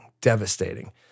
devastating